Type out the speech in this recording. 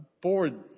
board